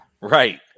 Right